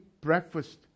breakfast